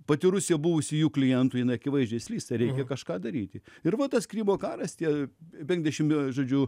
pati rusija buvusi jų klientu jinai akivaizdžiai slysta reikia kažką daryti ir va tas krymo karas tie penkdešim žodžiu